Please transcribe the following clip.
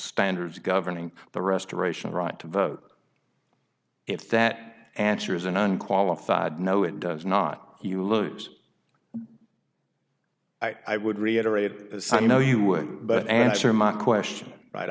standards governing the restoration of right to vote if that answers an unqualified no it does not you lose i would reiterate son you know you would but answer my question right